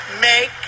make